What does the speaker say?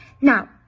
Now